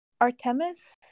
Artemis